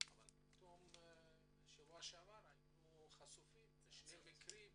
אבל פתאום בשבוע שעבר נחשפנו לשני מקרים קשים,